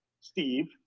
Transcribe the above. Steve